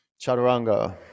Chaturanga